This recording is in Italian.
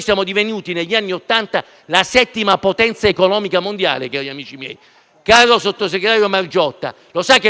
Siamo divenuti negli anni Ottanta la settima potenza economica mondiale. Signor sottosegretario Margiotta, lo sa che non lo siamo più?